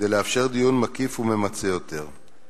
כדי לאפשר דיון מקיף וממצה יותר.